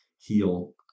heal